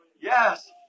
Yes